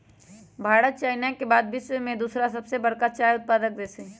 Bharat China के बाद विश्व में दूसरा सबसे बड़का चाय उत्पादक देश हई